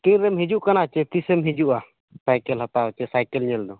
ᱛᱤᱱ ᱨᱮᱢ ᱦᱤᱡᱩᱜ ᱠᱟᱱᱟ ᱥᱮ ᱛᱤᱥᱮᱢ ᱦᱤᱡᱩᱜᱼᱟ ᱥᱟᱭᱠᱮᱞ ᱦᱟᱛᱟᱣ ᱪᱮ ᱥᱟᱭᱠᱮᱞ ᱧᱮᱞ ᱫᱚ